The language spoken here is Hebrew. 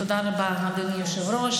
תודה רבה, אדוני היושב-ראש.